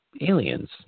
aliens